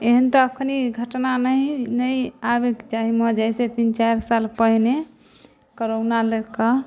एहेन तऽ अखनी घटना नहि आबयके चाही महज आइ से तीन चारि साल पहिने कोरोना ले कऽ